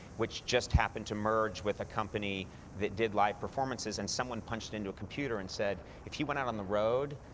which just happened to merge with a company that did live performances. and someone punched into a computer and said, if you went out on the road,